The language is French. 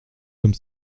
comme